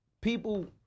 people